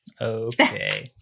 Okay